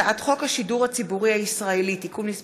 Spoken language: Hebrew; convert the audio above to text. הצעת חוק השידור הציבורי הישראלי (תיקון מס'